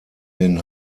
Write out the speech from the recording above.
den